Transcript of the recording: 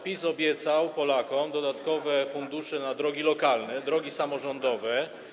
PiS obiecał Polakom dodatkowe fundusze na drogi lokalne, drogi samorządowe.